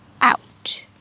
out